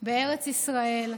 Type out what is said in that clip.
בארץ ישראל,